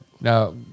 Now